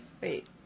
wait